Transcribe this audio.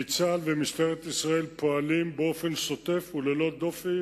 כי צה"ל ומשטרת ישראל פועלים באופן שוטף וללא דופי